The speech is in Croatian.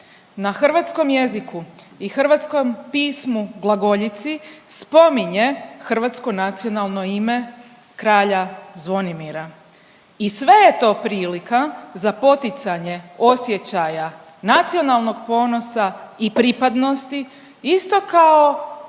na hrvatskom jeziku i hrvatskom pismu glagoljici spominje hrvatsko nacionalno ime kralja Zvonimira i sve je to prilika za poticanje osjećaja nacionalnog ponosa i pripadnosti isto kao